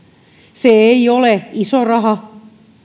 se ei ole iso raha